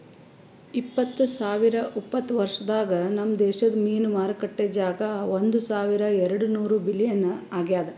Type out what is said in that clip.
ಇಪ್ಪತ್ತು ಸಾವಿರ ಉಪತ್ತ ವರ್ಷದಾಗ್ ನಮ್ ದೇಶದ್ ಮೀನು ಮಾರುಕಟ್ಟೆ ಜಾಗ ಒಂದ್ ಸಾವಿರ ಎರಡು ನೂರ ಬಿಲಿಯನ್ ಆಗ್ಯದ್